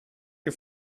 you